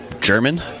German